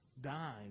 died